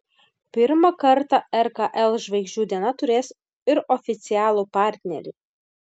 pirmą kartą rkl žvaigždžių diena turės ir oficialų partnerį